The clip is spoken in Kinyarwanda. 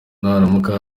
naramuka